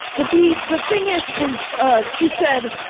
but the the thing is, is, ah, she said